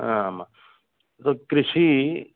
आम् कृषिः